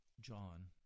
John